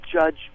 judge